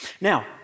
Now